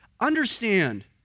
Understand